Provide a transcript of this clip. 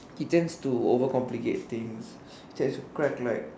he tends to over complicate things he tends to crack like